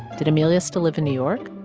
did amelia still live in new york?